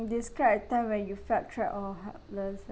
describe a time where you felt trapped or helpless